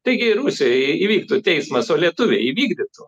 taigi rusijoj įvyktų teismas o lietuviai įvykdytų